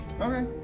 Okay